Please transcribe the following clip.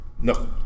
No